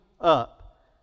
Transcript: up